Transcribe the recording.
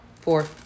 Four